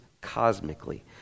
cosmically